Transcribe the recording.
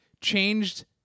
changed